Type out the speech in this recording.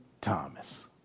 Thomas